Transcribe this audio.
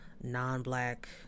non-black